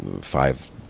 five